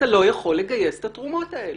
אתה לא יכול לגייס את התרומות האלה.